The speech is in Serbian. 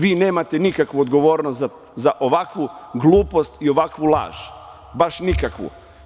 Vi nemate nikakvu odgovornost za ovakvu glupost i ovakvu laž, baš nikakvu.